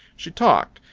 she talked.